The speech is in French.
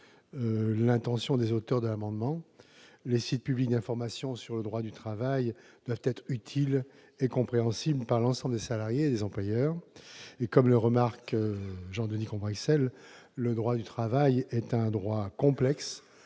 l'intention des auteurs de cet amendement. Les sites publics d'information sur le droit du travail doivent être utiles et compréhensibles par l'ensemble des salariés et des employeurs. Comme le souligne Jean-Denis Combrexelle, le droit du travail est un droit complexe,